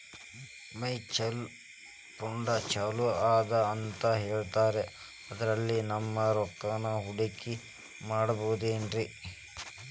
Mutual fund ಛಲೋ ಅದಾ ಅಂತಾ ಹೇಳ್ತಾರ ಅದ್ರಲ್ಲಿ ನಮ್ ರೊಕ್ಕನಾ ಹೂಡಕಿ ಮಾಡಬೋದೇನ್ರಿ?